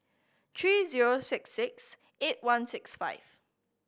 three zero six six eight one six five